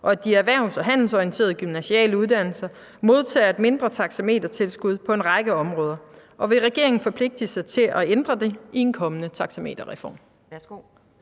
og at de erhvervs- og handelsorienterede gymnasiale uddannelser modtager et mindre taxametertilskud på en række områder, og vil regeringen forpligte sig til at ændre det i en kommende taxameterreform?